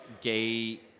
gay